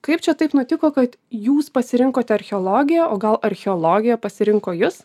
kaip čia taip nutiko kad jūs pasirinkote archeologiją o gal archeologija pasirinko jus